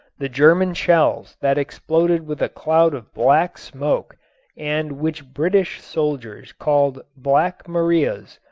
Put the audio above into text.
the german shells that exploded with a cloud of black smoke and which british soldiers called black marias,